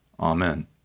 Amen